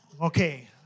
Okay